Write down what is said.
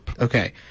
Okay